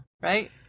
Right